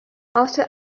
after